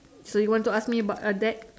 so you want to ask be about that